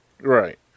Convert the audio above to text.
Right